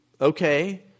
okay